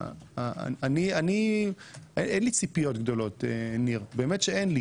אני אין לי ציפיות גדולות, ניר, באמת שאין לי.